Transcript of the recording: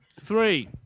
Three